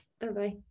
Bye-bye